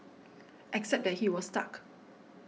except that he was stuck